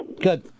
Good